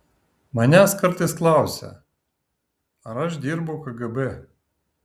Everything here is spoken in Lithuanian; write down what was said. manęs kartais klausia ar aš dirbau kgb